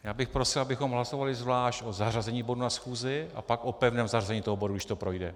Já bych prosil, abychom hlasovali zvlášť o zařazení bodu na schůzi a pak o pevném zařazení toho bodu, když to projde.